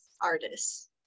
artists